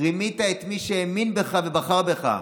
רימית את מי שהאמין בך ובחר בך.